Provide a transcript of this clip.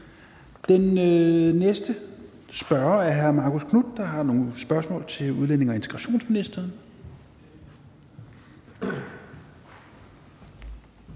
Den næste spørger er hr. Marcus Knuth, der har nogle spørgsmål til udlændinge- og integrationsministeren.